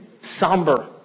somber